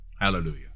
Hallelujah